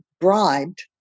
bribed